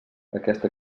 aquesta